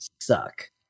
suck